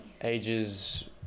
Ages